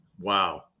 Wow